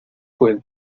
pues